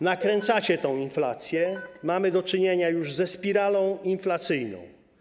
Nakręcacie tę inflację, mamy do czynienia ze spiralą inflacyjną.